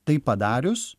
tai padarius